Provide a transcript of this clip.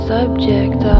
Subject